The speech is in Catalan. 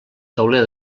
tauler